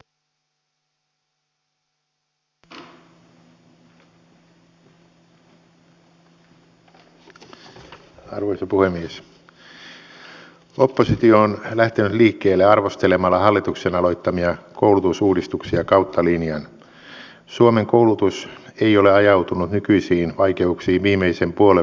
ja itse asiassa nyt kun vielä sopimusvapautta vahvistetaan paikallisen sopimisen kautta niin kyllä se tulee auttamaan ennen muuta näitä pieniäkin yrityksiä joita täällä esille on nostettu